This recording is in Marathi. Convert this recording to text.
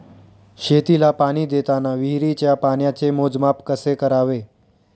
शेतीला पाणी देताना विहिरीच्या पाण्याचे मोजमाप कसे करावे?